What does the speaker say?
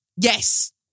Yes